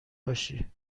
باشی